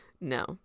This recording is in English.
no